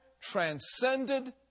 transcended